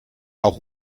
auch